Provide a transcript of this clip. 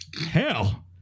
hell